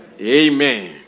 Amen